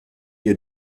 ihr